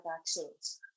vaccines